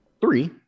three